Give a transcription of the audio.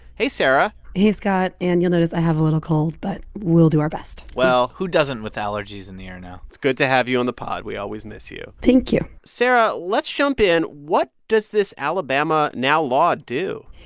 hey, sarah hey, scott. and you'll notice i have a little cold. but we'll do best well, who doesn't with allergies in the air now? it's good to have you on the pod. we always miss you thank you sarah, let's jump in. what does this alabama now-law do?